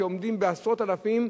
שנאמדת בעשרות אלפים,